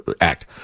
Act